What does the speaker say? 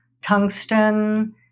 tungsten